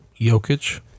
Jokic